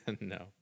No